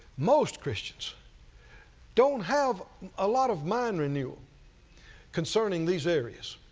most christians don't have a lot of mind renewal concerning these areas.